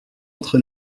entre